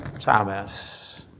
Thomas